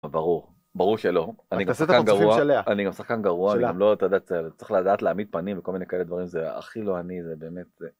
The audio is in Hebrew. ברור, ברור שלא, אני גם שחקן גרוע, אני גם שחקן גרוע, אני גם לא יודע, צריך לדעת להעמיד פנים וכל מיני כאלה דברים, זה הכי לא אני, זה באמת...